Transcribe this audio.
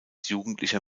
jugendlicher